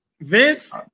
Vince